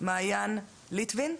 מעיין ליטווין.